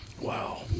Wow